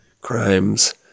crimes